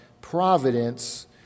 providence